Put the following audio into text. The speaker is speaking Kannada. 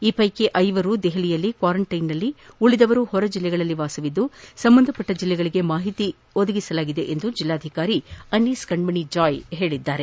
ಈ ಪೈಕಿ ಐವರು ದೆಪಲಿಯಲ್ಲಿ ಕ್ವಾರಂಟೈನ್ನಲ್ಲಿ ಉಳಿದವರು ಹೊರ ಜಿಲ್ಲೆಗಳಲ್ಲಿ ವಾಸವಿದ್ದು ಸಂಬಂಧಪಟ್ಟ ಜಿಲ್ಲೆಗಳಿಗೆ ಮಾಹಿತಿ ನೀಡಲಾಗಿದೆ ಎಂದು ಜಿಲ್ಲಾಧಿಕಾರಿ ಅನೀಸ್ ಕಣ್ಣಣಿ ಜಾಯ್ ತಿಳಿಸಿದ್ದಾರೆ